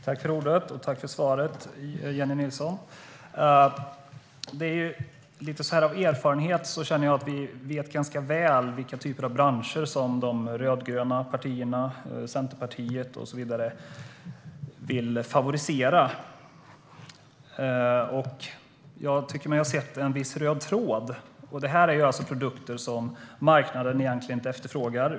Herr talman! Tack för svaret, Jennie Nilsson! Av erfarenhet känner jag att vi vet ganska väl vilka typer av branscher som de rödgröna partierna, Centerpartiet och så vidare, vill favorisera. Jag tycker mig ha sett en viss röd tråd. Detta är produkter som marknaden egentligen inte efterfrågar.